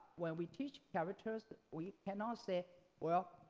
when we teach characters, we cannot say well,